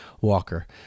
Walker